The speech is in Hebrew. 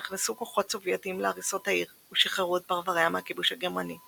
נכנסו כוחות סובייטים להריסות העיר ושחררו את פרווריה מהכיבוש הגרמני.